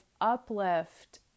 uplift